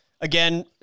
Again